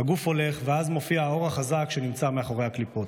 הגוף הולך ואז מופיע האור החזק שנמצא מאחורי הקליפות.